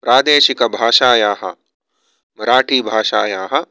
प्रादेशिकभाषायाः मराठीभाषायाः